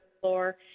floor